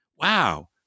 wow